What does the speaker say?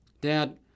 Dad